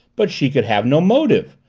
but she could have no motive!